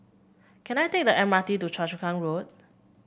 can I take the M R T to Choa Chu Kang Road